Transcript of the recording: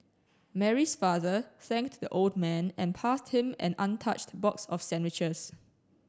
Mary's father thanked the old man and passed him an untouched box of sandwiches